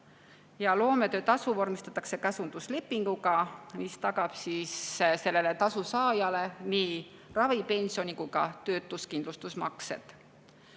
Loometöötasu vormistatakse käsunduslepinguga, mis tagab selle tasu saajale nii ravi-, pensioni- kui ka töötuskindlustuse.